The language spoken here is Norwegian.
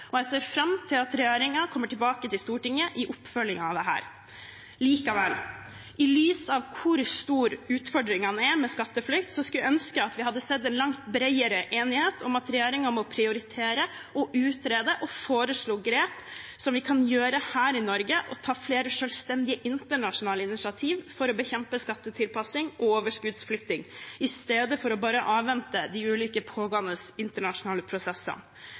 Jeg ser fram til at regjeringen kommer tilbake til Stortinget i oppfølgingen av dette. Likevel: I lys av hvor store utfordringene med skatteflukt er, skulle jeg ønske at vi hadde sett en langt bredere enighet om at regjeringen må prioritere å utrede og foreslå grep som vi kan gjøre her i Norge, og ta flere selvstendige internasjonale initiativer for å bekjempe skattetilpasning og overskuddsflytting, i stedet for bare å avvente de ulike pågående internasjonale